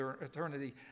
eternity